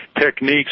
techniques